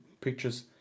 pictures